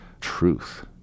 truth